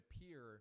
appear